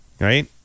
Right